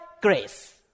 grace